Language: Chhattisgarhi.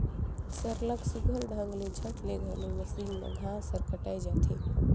सरलग सुग्घर ढंग ले झट ले घलो मसीन में घांस हर कटाए जाथे